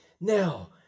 Now